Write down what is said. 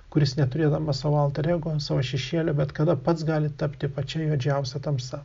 kuris neturėdamas savo alter ego savo šešėlio bet kada pats gali tapti pačia juodžiausia tamsa